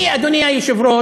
אני, אדוני היושב-ראש,